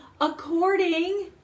According